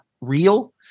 real